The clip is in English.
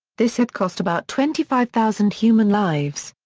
this had cost about twenty five thousand human lives.